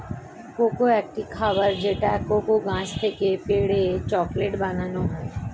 cocoa একটি খাবার যেটা কোকো গাছ থেকে পেড়ে চকলেট বানানো হয়